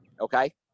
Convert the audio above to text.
Okay